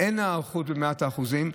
אין היערכות במאת האחוזים.